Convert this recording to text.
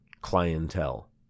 clientele